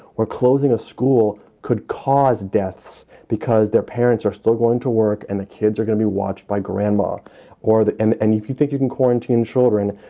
we're closing a school could cause deaths because their parents are still going to work and the kids are gonna be watched by grandma or. and and if you think you can quarantine children,